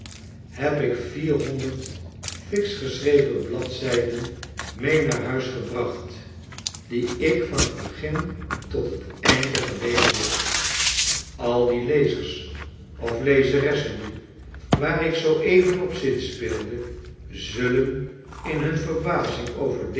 heb ik vierhonderd flks geschreven bladzjjden mee naar huis gebracht die ik van t begin tot t einde gelezen heb al die lezers of lezeressen nu waar ik zoo even op zinspeelde zullen in hun'verbazing over